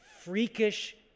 freakish